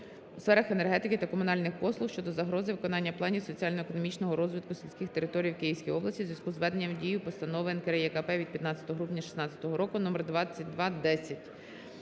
у сферах енергетики та комунальних послуг щодо загрози виконання планів соціально-економічного розвитку сільських територій Київської області у зв'язку з введенням в дію постанови НКРЕКП від 15 грудня 2016 року №2210.